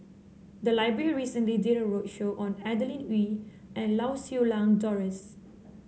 the library recently did a roadshow on Adeline Ooi and Lau Siew Lang Doris